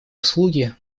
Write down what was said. услуги